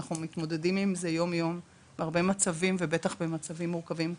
אנחנו מתמודדים עם זה יום-יום בהרבה מצבים ובטח במצבים מורכבים כאלה.